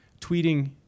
Tweeting